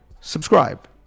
subscribe